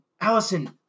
Allison